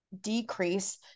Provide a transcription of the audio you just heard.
decrease